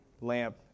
lamp